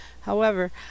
However